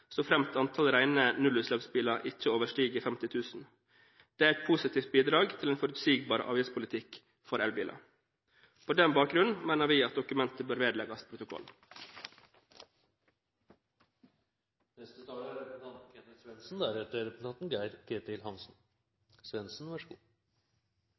så framt antall rene nullutslippsbiler ikke overstiger 50 000. Det er et positivt bidrag til en forutsigbar avgiftspolitikk for elbiler. På den bakgrunn mener vi at dokumentet bør vedlegges